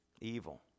Evil